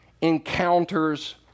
encounters